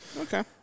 Okay